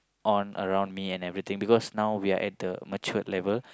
on around me and everything because now we are at the matured level